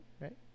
Right